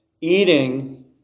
Eating